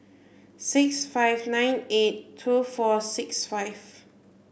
six five nine eight two four six five